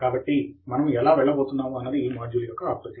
కాబట్టి మనము ఎలా వెళ్ళబోతున్నాము అన్నది ఈ మాడ్యుల్ యొక్క ఆకృతి